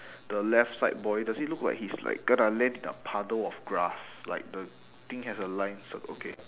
the left side boy does it look like he's like gonna land in a puddle of grass like the thing has a line so okay